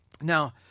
Now